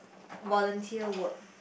volunteer work